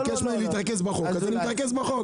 הוא ביקש ממני להתרכז בחוק, אז אני מתרכז בחוק.